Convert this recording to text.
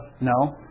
no